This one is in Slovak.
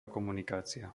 komunikácia